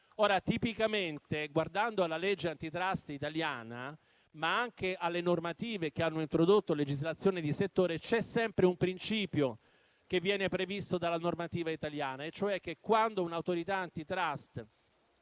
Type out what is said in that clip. Tipicamente, guardando alla legge *antitrust* italiana, ma anche alle normative che hanno introdotto la legislazione di settore, c'è sempre un principio che viene previsto dalla normativa italiana e cioè che quando un'Autorità *antitrust*